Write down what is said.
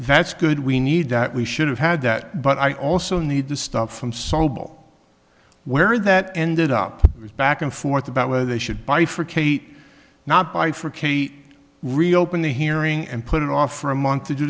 that's good we need that we should have had that but i also need the stuff from sobel where that ended up back and forth about whether they should bifurcate not bifurcate reopen the hearing and put it off for a month to